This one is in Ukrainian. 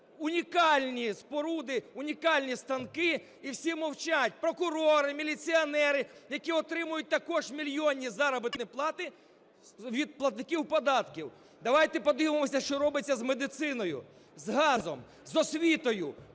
унікальні споруди, унікальні станки. І всі мовчать: прокурори, міліціонери, які отримують також мільйонні заробітні плати від платників податків. Давайте подивимося, що робиться з медициною, з газом, з освітою.